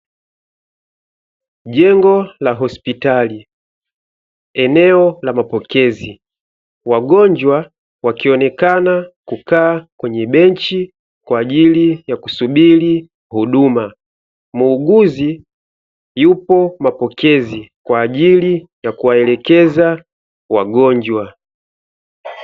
Jengo la hospitali eneo la mapokezi wagonjwa wakionekana kukaa kwenye benchi kwa ajili ya kusubiri huduma, muuguzi yupo mapokezi kwa ajili ya kuwaelekeza wagonjwa.